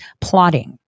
plotting